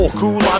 cool